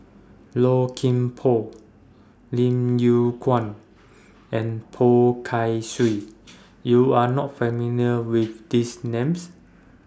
Low Kim Pong Lim Yew Kuan and Poh Kay Swee YOU Are not familiar with These Names